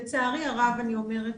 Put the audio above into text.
לצערי הרב אני אומרת